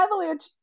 avalanche